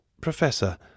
Professor